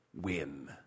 win